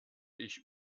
ich